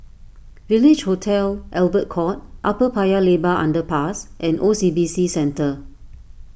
Village Hotel Albert Court Upper Paya Lebar Underpass and O C B C Centre